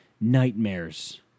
Nightmares